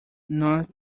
not